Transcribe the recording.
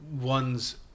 one's